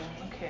Okay